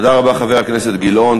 תודה רבה, חבר הכנסת גלאון.